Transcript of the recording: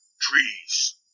trees